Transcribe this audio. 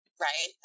right